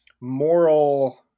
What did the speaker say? moral